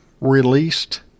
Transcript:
released